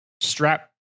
strap